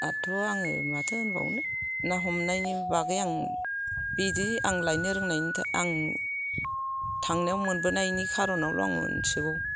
दाथ' आङो माथो होनबावनो ना हमनायनि बागै आं बिदि आं लायनो रोंनायनि आं थांनायाव मोनबोनायनि कार'नावल' आं मिथिगौ